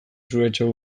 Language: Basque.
zuretzat